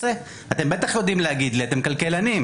אתם בטח יודעים להגיד לי, אתם כלכלנים.